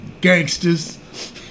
gangsters